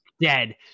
dead